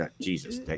Jesus